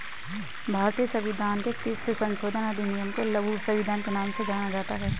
भारतीय संविधान के किस संशोधन अधिनियम को लघु संविधान के नाम से जाना जाता है?